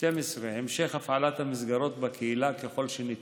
המשך הפעלת המסגרות בקהילה ככל שניתן,